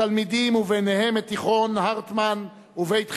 תלמידים, וביניהם מתיכון "הרטמן" ומ"בית חינוך",